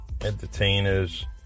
entertainers